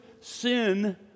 sin